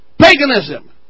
Paganism